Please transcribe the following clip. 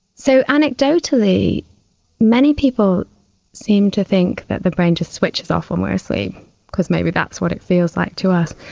so, anecdotally many people seem to think that the brain just switches off when we are sleep because maybe that's what it feels like to us,